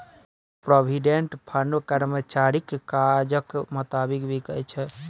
provident fund कर्मचारीक काजक मोताबिक बिकै छै